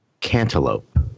cantaloupe